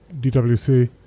DWC